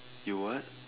you what